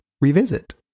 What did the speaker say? revisit